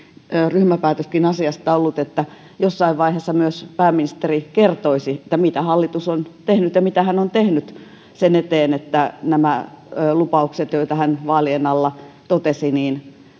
ryhmäpäätöskin asiasta ollut että jossain vaiheessa myös pääministeri kertoisi mitä hallitus on tehnyt ja mitä hän on tehnyt sen eteen että nämä lupaukset joita hän vaalien alla totesi